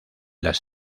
las